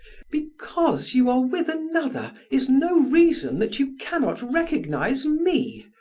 because you are with another is no reason that you cannot recognize me.